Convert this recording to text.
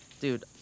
dude